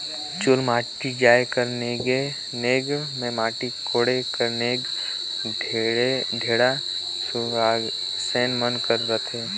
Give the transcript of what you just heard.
चुलमाटी जाए कर नेग मे माटी कोड़े कर नेग ढेढ़ा सुवासेन मन कर रहथे